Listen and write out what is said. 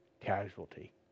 casualty